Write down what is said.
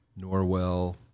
Norwell